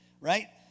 right